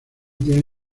tienen